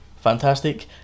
fantastic